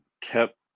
kept